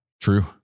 True